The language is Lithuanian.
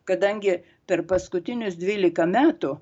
kadangi per paskutinius dvylika metų